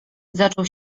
zaczął